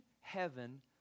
heaven